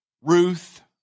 Ruth